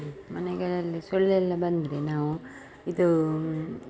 ಮನೆಗಳಲ್ಲಿ ಸೊಳ್ಳೆ ಎಲ್ಲ ಬಂದರೆ ನಾವು ಇದು